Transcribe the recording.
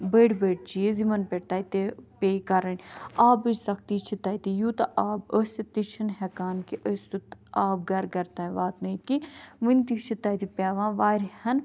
بٔڑۍ بٔڑۍ چیٖز یِمَن پٮ۪ٹھ تَتہِ پے کَرٕنۍ آبٕچ سختی چھِ تَتہِ یوٗتاہ آب ٲسِتھ تہِ چھِنہٕ ہیٚکان کہِ أسۍ سُہ آب گَھرٕ گَھرٕ تانۍ واتنٲیِتھ کیٚنٛہہ وُنہِ تہِ چھِ تَتہِ پیٚوان واریاہَن